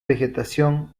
vegetación